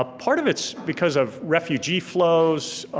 ah part of it's because of refugee flows,